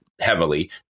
heavily